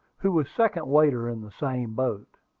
who was second waiter in the same boat.